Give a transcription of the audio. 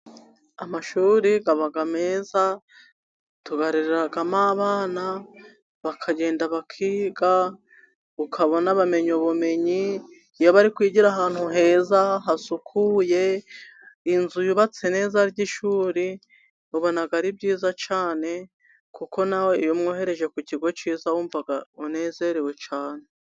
Amashuri aba meza tuyarereramo abana bakagenda bakiga, ukabona bamenye ubumenyi. Iyo bari kwigira ahantu heza hasukuye inzu yubatse neza y'ishuri ubona ari byiza cyane, kuko nawe iyo umwohereje ku kigo cyiza wumva unezerewe cyane.